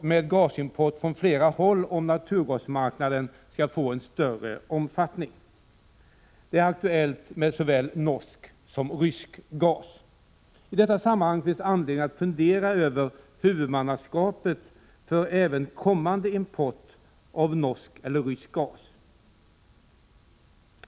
med gasimport från flera håll, om naturgasmarknaden skall få en större omfattning. Det är aktuellt med såväl norsk som rysk gas. I detta sammanhang finns det anledning att fundera över huvudmannaskapet för även kommande import av norsk eller rysk gas.